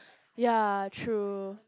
ya true